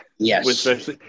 Yes